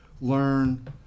learn